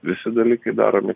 visi dalykai daromi